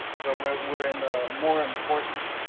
where we're in the more important